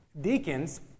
deacons